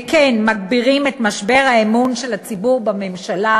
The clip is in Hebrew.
וכן מגבירים את משבר האמון של הציבור בממשלה,